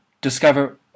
discover